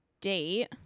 date